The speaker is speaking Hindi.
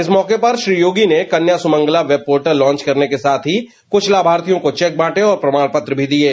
इस मौके पर श्री योगी ने Kanya Sumangala web portal launch करने के साथ ही कुछ लाभार्थियों को चेक बांटे और प्रमाण पत्र भी दिये